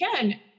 again